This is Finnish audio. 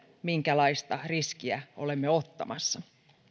minkälaista riskiä olemme ottamassa